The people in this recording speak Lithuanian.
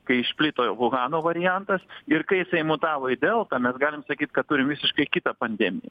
kai išplito vuhano variantas ir kai jisai mutavo į delta mes galim sakyt kad turim visiškai kitą pandemiją